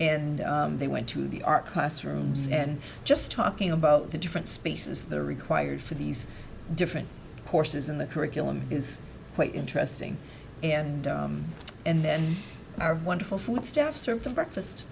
and they went to the our classrooms and just talking about the different spaces that are required for these different courses and the curriculum is quite interesting and and then our wonderful full staff surf and breakfast